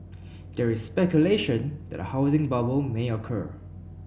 there is speculation that a housing bubble may occur